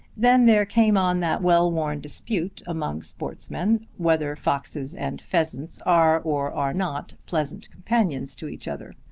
then there came on that well-worn dispute among sportsmen, whether foxes and pheasants are or are not pleasant companions to each other.